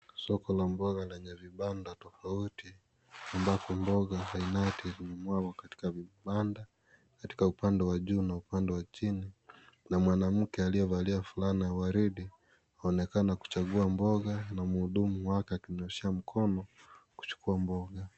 Soko ya mboga yenye vibanda tofauti, ambapo mboga ainati zimemwagwa katika vibanda katika upande wa juu na upande wa chini na mwanamke aliyevalia fulana ya waridi aonekana kuchagua mboga na mhudumu wake akimnyoshea mkono kuchukua mboga.